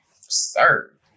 sir